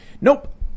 Nope